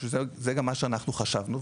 זה גם מה שאנחנו חשבנו.